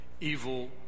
evil